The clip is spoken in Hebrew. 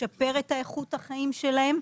לשפר את איכות החיים שלהם.